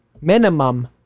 Minimum